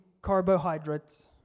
carbohydrates